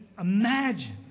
imagine